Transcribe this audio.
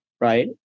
right